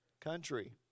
country